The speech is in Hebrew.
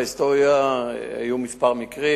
בהיסטוריה היו כמה מקרים,